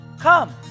Come